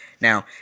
Now